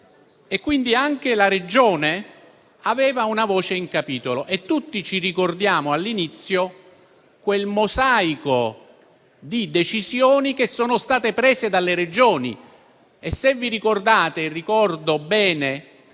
quindi anche la Regione aveva una voce in capitolo. Tutti ci ricordiamo all'inizio quel mosaico di decisioni che sono state prese dalle Regioni. Se ve lo ricordate - io lo ricordo bene